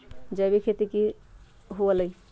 जैविक खेती की हुआ लाई?